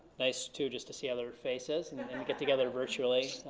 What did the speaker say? nice too just to see other faces, and and and to get together virtually,